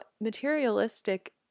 materialistic